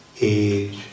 age